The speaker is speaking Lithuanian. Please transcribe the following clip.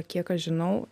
kiek aš žinau